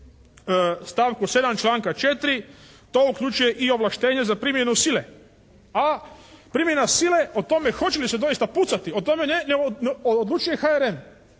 stavku 7. članka 4. to uključuje i ovlaštenje za primjenu sile, a primjena sile o tome hoće li se doista pucati, o tome ne odlučuje HRM